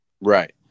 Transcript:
right